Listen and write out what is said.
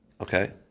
okay